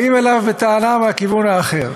אז באים אליו בטענה מהכיוון האחר.